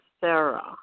Sarah